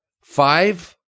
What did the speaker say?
Five